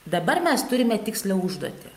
dabar mes turime tikslią užduotį